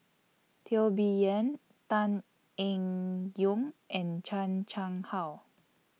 Teo Bee Yen Tan Eng Yoon and Chan Chang How